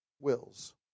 wills